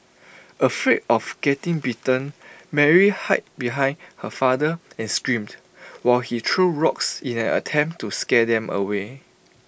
afraid of getting bitten Mary hid behind her father and screamed while he threw rocks in an attempt to scare them away